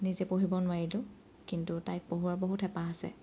নিজে পঢ়িব নোৱাৰিলোঁ কিন্তু তাইক পঢ়োৱাৰ বহুত হেঁপাহ আছে